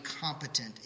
competent